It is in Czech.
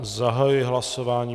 Zahajuji hlasování.